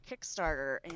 kickstarter